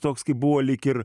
toks kaip buvo lyg ir